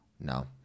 No